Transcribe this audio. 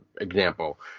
example